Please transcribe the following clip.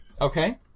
Okay